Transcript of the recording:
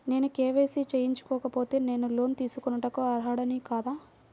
నేను కే.వై.సి చేయించుకోకపోతే నేను లోన్ తీసుకొనుటకు అర్హుడని కాదా?